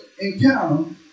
Encounter